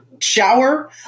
shower